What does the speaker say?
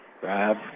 Grab